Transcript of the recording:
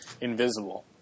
invisible